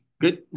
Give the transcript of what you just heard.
good